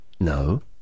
No